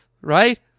Right